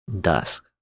Dusk